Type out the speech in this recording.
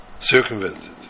circumvented